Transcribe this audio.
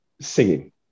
singing